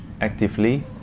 actively